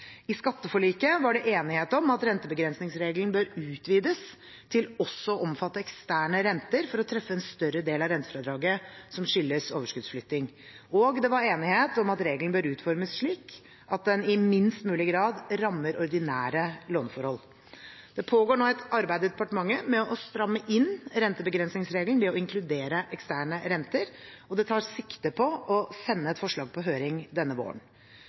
I skatteforliket var det enighet om at rentebegrensningsregelen bør utvides til også å omfatte eksterne renter, for å treffe en større del av rentefradraget som skyldes overskuddsflytting, og det var enighet om at regelen bør utformes slik at den i minst mulig grad rammer ordinære låneforhold. Det pågår nå et arbeid i departementet med å stramme inn rentebegrensningsregelen ved å inkludere eksterne renter, og det tas sikte på å sende et forslag på høring denne våren.